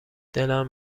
دلم